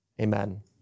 amen